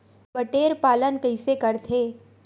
बटेर पालन कइसे करथे?